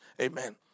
Amen